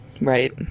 Right